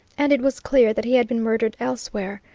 and it was clear that he had been murdered elsewhere,